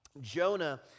Jonah